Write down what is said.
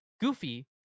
Goofy